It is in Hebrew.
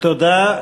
תודה.